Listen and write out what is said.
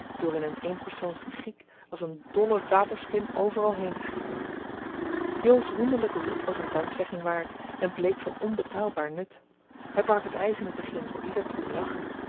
door in een een persoons giek als een dolle waterspin overal heen te schieten jo's wonderlijke hoed was een dankzegging waard en bleek van onbetaalbaar nut hij brak het ijs in het begin door ieder te doen lachen